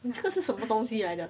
你这是什么东西来的